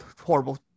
horrible